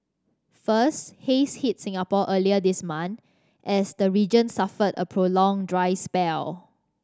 first haze hit Singapore earlier this month as the region suffered a prolonged dry spell